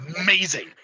amazing